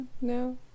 No